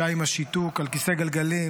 ישי עם השיתוק על כיסא גלגלים,